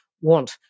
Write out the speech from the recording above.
Want